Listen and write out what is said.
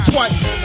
Twice